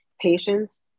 patients